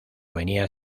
venía